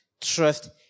trust